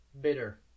bitter